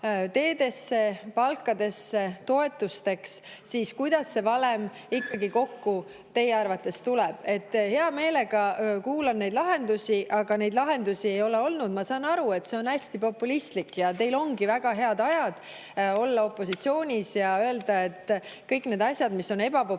teedesse, palkadesse, toetusteks –, siis kuidas see valem ikkagi kokku teie arvates tuleb? Hea meelega kuulan neid lahendusi, aga neid lahendusi ei ole olnud. Ma saan aru, et see on hästi populistlik ja teil ongi väga head ajad olla opositsioonis ja öelda, et kõik need asjad, mis on ebapopulaarsed,